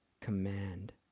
command